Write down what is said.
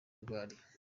arwariye